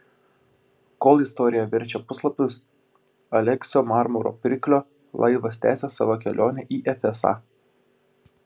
kol istorija verčia puslapius aleksio marmuro pirklio laivas tęsia savo kelionę į efesą